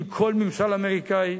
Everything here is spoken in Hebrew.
עם כל ממשלה אמריקנית.